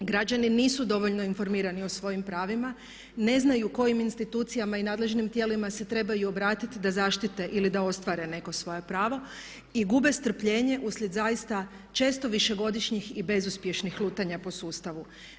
Građani nisu dovoljno informirani o svojim pravima, ne znaju kojim institucijama i nadležnim tijelima se trebaju obratiti da zaštite ili da ostvare neko svoje pravo i gube strpljenje uslijed zaista često višegodišnjih i bezuspješnih lutanja po sustavu.